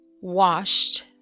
washed